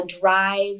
drive